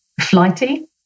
flighty